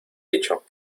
dicho